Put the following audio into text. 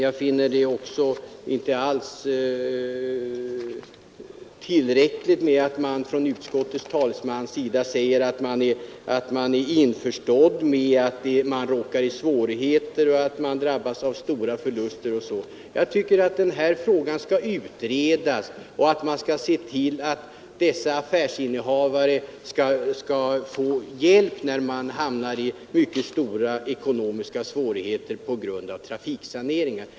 Jag finner det inte alls tillräckligt att utskottets talesman säger att man är införstådd med att affärsinnehavarna råkar i svårigheter och drabbas av stora förluster. Jag tycker att frågan skall utredas och att man skall se till att affärsinnehavarna får hjälp när de hamnar i mycket stora ekonomiska svårigheter på grund av trafiksaneringar.